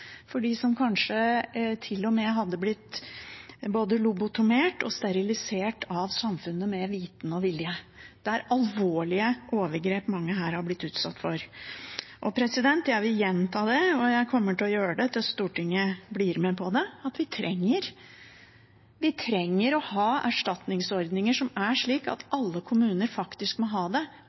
for dem som kanskje til og med hadde blitt både lobotomert og sterilisert av samfunnet med vitende og vilje. Det er alvorlige overgrep mange her har blitt utsatt for. Jeg vil gjenta, og jeg kommer til å gjøre det til Stortinget blir med på det, at vi trenger erstatningsordninger som er slik at alle kommuner faktisk må ha det